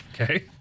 Okay